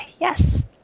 Yes